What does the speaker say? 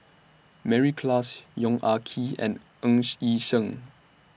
Mary Klass Yong Ah Kee and Ng Yi Sheng